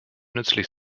nützlich